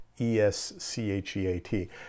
E-S-C-H-E-A-T